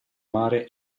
mare